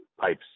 pipes